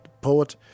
poet